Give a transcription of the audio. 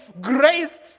grace